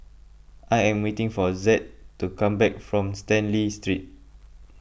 I am waiting for Zed to come back from Stanley Street